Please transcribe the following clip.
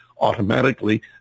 automatically